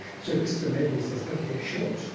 so christopher mayhew says, okay, sure.